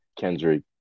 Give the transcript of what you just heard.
Kendrick